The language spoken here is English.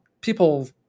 people